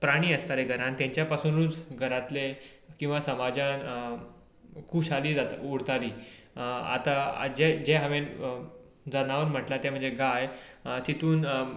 प्राणी आसताले घरांत तांच्या पासुनूच घरातले किंवा समाजान खुशाली जाता उरताली आता जे जे हांवें जनावर म्हटलां ते म्हणजे गाय तातूंत